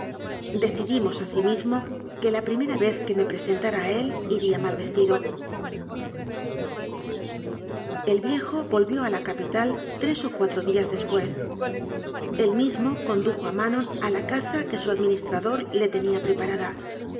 asi mismo que la primera vez que me presentara a él iría mal vestido el viejo volvió a la capital tres o cuatro días después el mismo condujo a manon a la casa que su administrador le tenía preparada